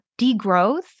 degrowth